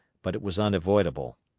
but it was unavoidable.